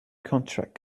contract